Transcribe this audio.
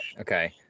okay